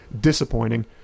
disappointing